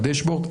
בדשבורד,